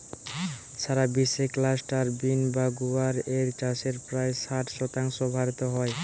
সারা বিশ্বে cluster bean বা গুয়ার এর চাষের প্রায় ষাট শতাংশ ভারতে হয়